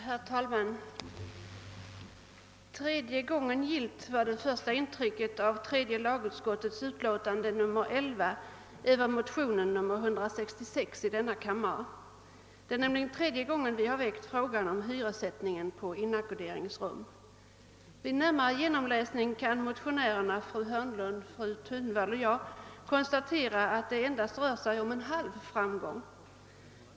Herr talman! Tredje gången gillt var det första intrycket av tredje lagutskottets utlåtande nr 11 över motionen II: 166. Det är nämligen tredje gången vi väckt frågan om hyressättningen på inackorderingsrum. 'Vid närmare genomläsning kan motionärerna — fru Hörnlund, fru Thunvall och jag — konstatera att det endast rör sig om en halv framgång.